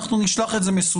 אנחנו נשלח את זה מסודר.